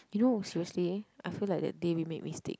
you know seriously I feel like that day we make mistake